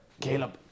Caleb